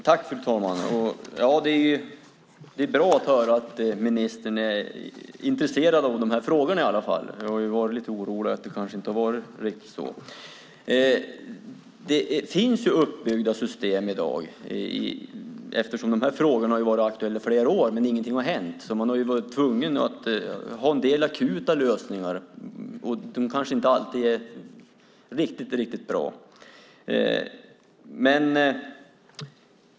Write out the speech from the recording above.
Fru talman! Det är bra att höra att ministern i alla fall är intresserad av frågorna. Vi har ju varit lite oroliga för att det kanske inte riktigt har varit så. Det finns uppbyggda system i dag. Frågorna har varit aktuella i flera år, men ingenting har hänt. Man har därför varit tvungen att hitta en del akuta lösningar, som kanske inte alltid är riktigt bra.